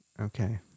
Okay